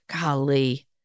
golly